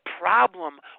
problem